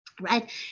Right